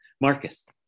Marcus